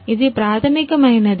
ఇది ప్రాథమికమైనది